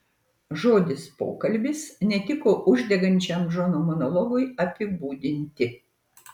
žodis pokalbis netiko uždegančiam džono monologui apibūdinti